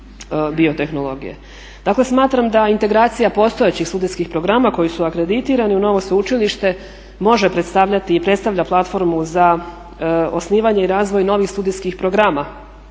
Dakle smatram da integracija postojećih studijskih programa koji su akreditirani u novo sveučilište može predstavljati i predstavlja platformu za osnivanje i razvoj novih studijskih programa